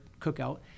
cookout